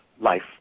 Life